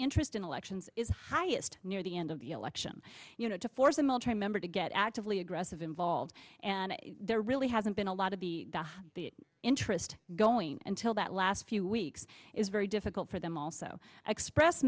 interest in elections is highest near the end of the election you know to force the military member to get actively aggressive involved and there really hasn't been a lot of the interest going until that last few weeks is very difficult for them also express